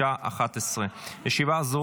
בשעה 11:00. ישיבה זו